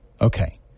Okay